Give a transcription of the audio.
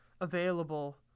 available